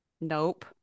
Nope